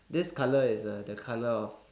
this colour is uh the colour of